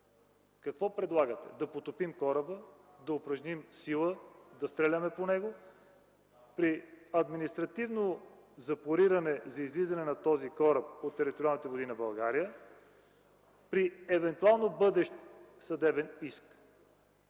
какво предлагате – да потопим кораба, да упражним сила, да стреляме по него при административно запориране за излизане на този кораб от териториалните води на България, при евентуално бъдещ съдебен иск.